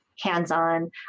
hands-on